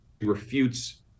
refutes